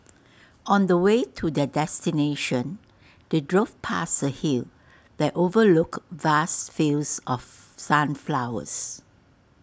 on the way to their destination they drove past A hill that overlooked vast fields of sunflowers